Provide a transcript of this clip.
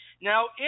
Now